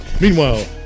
Meanwhile